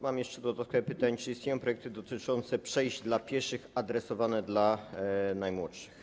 Mam jeszcze dodatkowe pytanie: Czy istnieją projekty dotyczące przejść dla pieszych adresowane do najmłodszych?